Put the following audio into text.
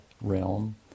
realm